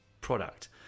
product